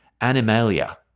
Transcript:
Animalia